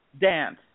dance